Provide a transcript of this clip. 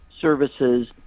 services